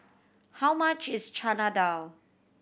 how much is Chana Dal